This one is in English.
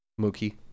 Mookie